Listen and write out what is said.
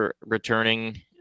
returning